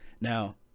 Now